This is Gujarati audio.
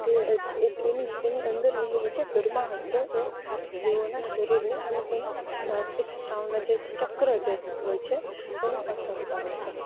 એની અંદર રહેલી જે ગરમાહટ છે સ્ત્રીઓના શરીરને અને તેના માસિક સ્ત્રાવના જે ચક્ર હોય એને અસર કરે છે